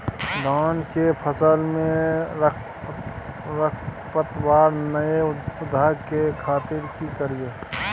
धान के फसल में खरपतवार नय उगय के खातिर की करियै?